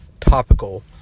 topical